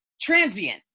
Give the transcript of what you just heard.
Transient